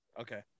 Okay